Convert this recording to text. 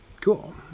Cool